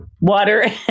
water